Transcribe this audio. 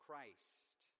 Christ